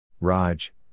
Raj